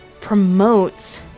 promotes